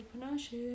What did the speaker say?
Panache